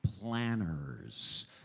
planners